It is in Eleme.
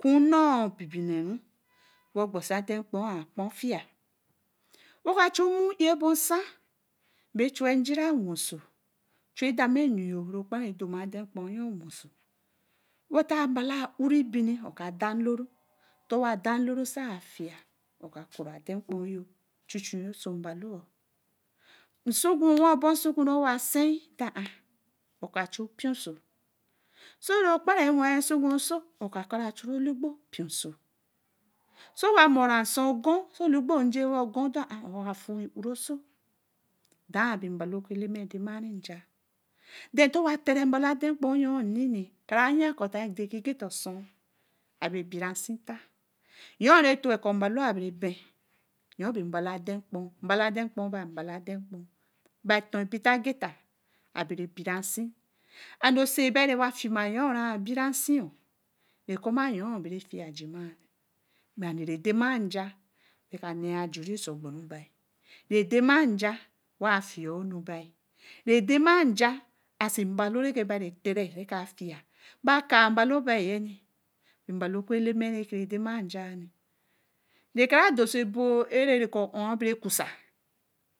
Kuu nnoo binee we ogbosi adekpoo a kpor-fii woka chu nmo ɛhi bo nsa be chuu njira weso chuu demanu we te mbalo auri bine ka daa nlōri-oh ntewa ada nlor̄-oh, saa afii oka kura ade kpoo-oh, ochuchu we so sogu, owa obor nsogu rewa seē we ka chu pi-oso sa regbara we sogu so oka-kara ju oligbo pi-so saa wa mora nsaa ukorr saa oligbo njire we ukorr do an oga fu weri so thee be mbalo re-oku eleme demanja then towe teri mbalo aden kpoo-oh kara ya kɔ̄ agita osun abere bera nsii nyor retoto kɔ̄ mbalo abire mben ayna bitna gita abe bira nsi and saa bi rewa ɛfima-oh re binasi redema nja re dema nja wa afii-nu redema nja as mbalo rebi tere ba ka mbal bi mbalo oka eleme rekara dorsi ɛbo eeri kɔ̄ uɛɛ abire kasa